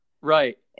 Right